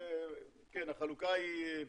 החלוקה היא,